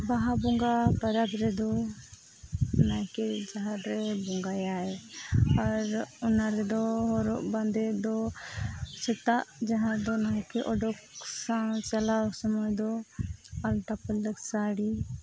ᱵᱟᱦᱟ ᱵᱚᱸᱜᱟ ᱯᱚᱨᱚᱵᱽ ᱨᱮᱫᱚ ᱱᱟᱭᱠᱮ ᱡᱟᱦᱟᱸ ᱨᱮ ᱵᱚᱸᱜᱟᱭᱟᱭ ᱟᱨ ᱚᱱᱟ ᱨᱮᱫᱚ ᱦᱚᱨᱚᱜ ᱵᱟᱸᱫᱮ ᱫᱚ ᱥᱮᱛᱟᱜ ᱡᱟᱦᱟᱸ ᱫᱚ ᱱᱟᱭᱠᱮ ᱚᱰᱳᱠ ᱥᱟᱶ ᱪᱟᱞᱟᱣ ᱥᱚᱢᱚᱭ ᱫᱚ ᱟᱞᱛᱟ ᱯᱟᱲᱞᱟᱹᱠ ᱥᱟᱹᱲᱤ